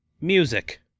Music